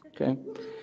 Okay